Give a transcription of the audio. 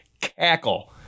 cackle